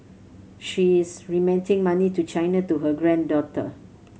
she's remitting money to China to her granddaughter